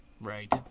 Right